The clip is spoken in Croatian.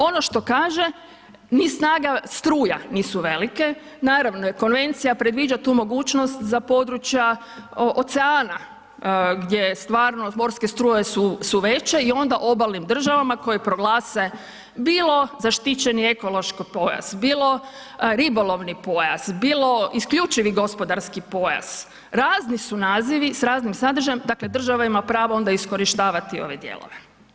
Ono što kaže ni snaga struja nisu velike, naravno jer konvencija predviđa tu mogućnost za područja oceana gdje stvarno morske struje su veće i onda obalnim državama koje proglase bilo zaštićeni ekološki pojas, bilo ribolovni pojas, bilo isključivi gospodarski pojas, razni su nazivi s raznim sadržajem, dakle država ima pravo onda iskorištavati ove dijelove.